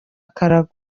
akarago